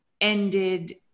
ended